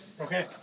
Okay